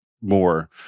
more –